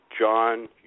John